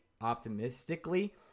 optimistically